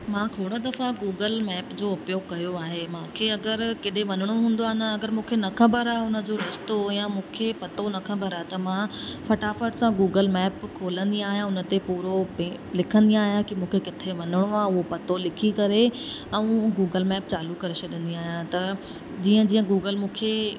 मां खोड़ दफ़ा गूगल मैप जो उपयोग कयो आहे मूंखे अगरि केॾांहुं वञिणो हूंदो आहे न अगरि मूंखे न ख़बर आहे हुन जो रस्तो या मूंखे पतो न ख़बर आहे त मां फटाफट सां गूगल मैप खोलंदी आहियां उन ते पूरो लिखंदी आहियां कि मूंखे किथे वञिणो आहे उहो पतो लिखी करे ऐं गूगल मैप चालू करे छॾींदी आहियां त जीअं जीअं गूगल मूंखे